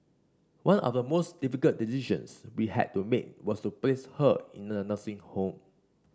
one of the most difficult decisions we had to make was to place her in a nursing home